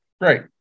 Great